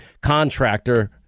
contractor